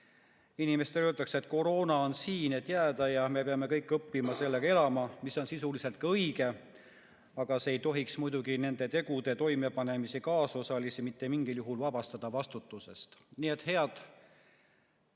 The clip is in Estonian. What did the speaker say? Inimestele öeldakse, et koroona on siin, et jääda, ja me peame kõik õppima sellega elama, mis on sisuliselt õige. Aga see ei tohiks muidugi nende tegude toimepanemise kaasosalisi mitte mingil juhul vastutusest vabastada. Nii et head